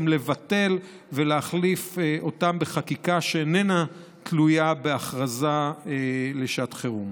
לבטל ולהחליף בחקיקה שאיננה תלויה בהכרזה על שעת חירום.